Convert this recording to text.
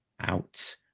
out